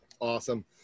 Awesome